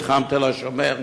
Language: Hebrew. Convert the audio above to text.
מתחם תל-השומר,